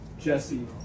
jesse